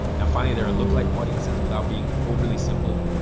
now finally, there are look like audiences without being overly simple.